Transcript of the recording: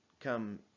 come